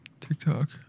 TikTok